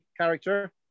character